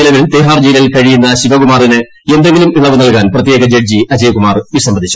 നിലവിൽ തിഹാർ ജയിലിൽ കഴിയുന്ന ശിവകുമാറിന് എന്തെങ്കിലും ഇളവ് നല്കാൻ പ്രത്യേക ജഡ്ജി അജയ്കുമാർ വിസമ്മതിച്ചു